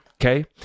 okay